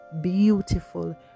beautiful